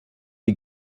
die